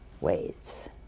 ways